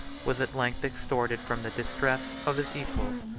was at length extorted from the distress, of his equals.